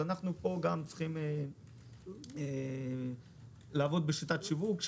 אז גם פה אנחנו צריכים לעבוד בשיטת שיווק.